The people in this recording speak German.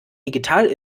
digital